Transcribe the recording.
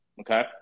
okay